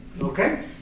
Okay